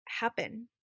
happen